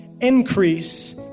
Increase